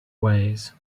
ways